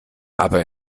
aber